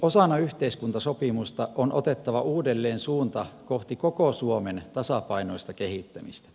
osana yhteiskuntasopimusta on otettava uudelleen suunta kohti koko suomen tasapainoista kehittämistä